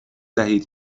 دهید